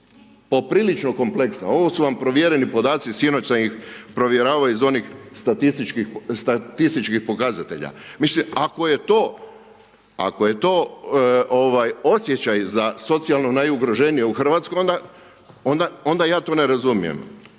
poprilično kompleksna, ovo su vam provjereni podaci, sinoć sam ih provjeravao iz onih statističkih pokazatelja. Mislim ako je to osjećaj za socijalno najugroženije u RH, onda ja to ne razumijem.